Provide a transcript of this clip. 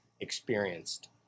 experienced